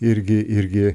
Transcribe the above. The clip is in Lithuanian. irgi irgi